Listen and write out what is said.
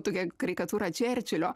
tokią karikatūrą čerčilio